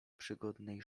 przygodnej